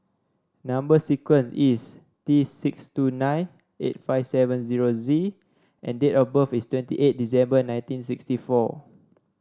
number sequence is T six two nine eight five seven zero Z and date of birth is twenty eight December nineteen sixty four